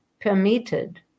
permitted